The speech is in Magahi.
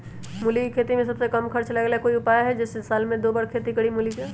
मूली के खेती में सबसे कम खर्च लगेला लेकिन कोई उपाय है कि जेसे साल में दो बार खेती करी मूली के?